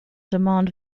demand